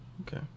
Okay